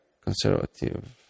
conservative